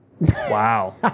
Wow